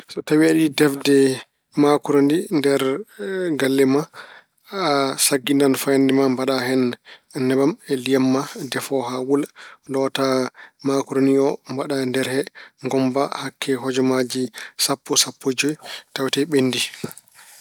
So tawi aɗa yiɗi defde maakoroni nder galle ma, a sagginan fayannde ma, mbaɗa hen nebam e liyam ma defoo haa wula. Loota maakoroni o, mbaɗa e nder he. Ngommba hakke hojomaaji sappo, sappo e joyi, tawatee ɓenndi.